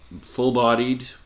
full-bodied